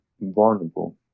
vulnerable